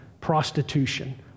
prostitution